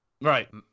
Right